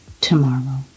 tomorrow